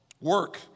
work